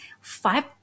five